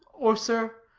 or sir,